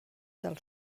del